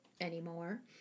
anymore